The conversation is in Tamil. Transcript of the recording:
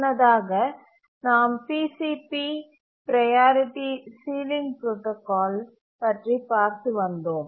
முன்னதாக நாம் P C P priority ceiling protocol பற்றி பார்த்து வந்தோம்